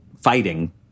fighting